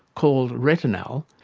called retinal,